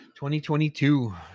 2022